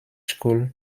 school